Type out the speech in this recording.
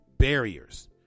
barriers